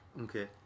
Okay